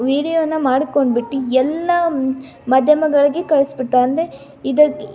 ವಿಡಿಯೋನ ಮಾಡ್ಕೊಂಡ್ಬಿಟ್ಟು ಎಲ್ಲ ಮಾಧ್ಯಮಗಳಿಗೆ ಕಳ್ಸ್ಬಿಡ್ತರೆ ಅಂದರೆ ಇದು